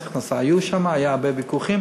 מס הכנסה היו שם, היו הרבה ויכוחים.